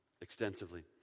extensively